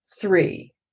Three